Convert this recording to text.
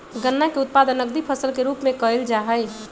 गन्ना के उत्पादन नकदी फसल के रूप में कइल जाहई